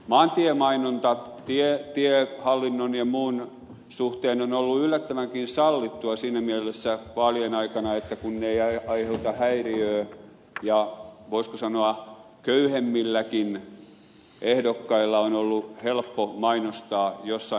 maantiemainonta tiehallinnon ja muun suhteen on ollut yllättävänkin sallittua siinä mielessä vaalien aikana että se ei aiheuta häiriötä ja voisiko sanoa köyhemmilläkin ehdokkailla on ollut helppo mainostaa jossain määrin näillä alueilla